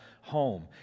home